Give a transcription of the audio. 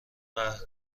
قهر